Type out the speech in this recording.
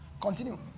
Continue